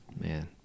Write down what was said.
Man